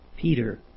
Peter